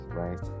right